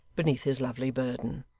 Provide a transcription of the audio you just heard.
beneath his lovely burden.